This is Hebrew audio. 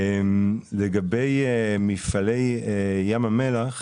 התרומה של מפעלי ים המלח